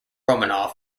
romanov